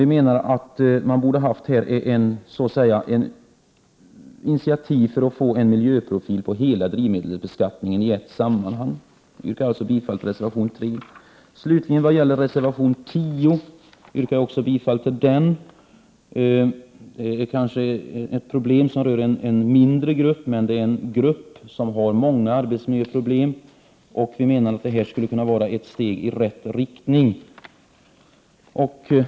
Vi anser att det borde ha tagits initiativ för att få en miljöprofil på hela drivmedelsbeskattningen i ett sammanhang. Jag yrkar slutligen bifall till reservation 10. Det problem som här tas upp berör en mindre grupp, men det är en grupp som har många arbetsmiljöproblem. Vi menar att vårt förslag skulle kunna vara ett steg i rätt riktning.